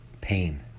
pain